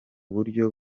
buryo